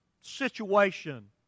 situation